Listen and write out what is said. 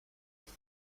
have